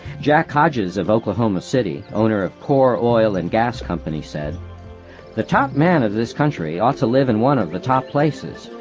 jack hodges of oklahoma city, owner of core oil and gas company, said the top man of this country ought to live in one of the top places.